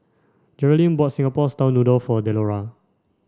Jerrilyn bought Singapore style noodles for Delora